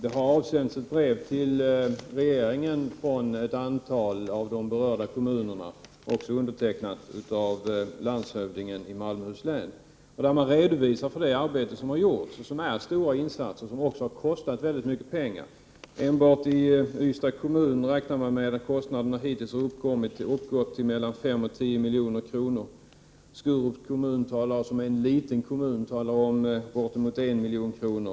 Ett antal av de berörda kommunerna har avsänt ett brev, som också är undertecknat av landshövdingen i Malmöhus län, till regeringen. Man redogör där för det arbete som har utförts; stora insatser som också kostat mycket pengar. Enbart i Ystads kommun räknar man med att kostnaderna hittills har uppgått till 5-10 milj.kr., och i Skurups kommun — som är en liten kommun — talas det om kostnader på bortemot 1 milj.kr.